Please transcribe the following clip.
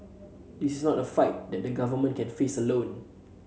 this is not a fight that the government can face alone